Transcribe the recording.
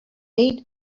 late